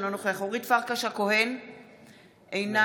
אינו